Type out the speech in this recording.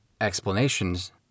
explanations